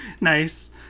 nice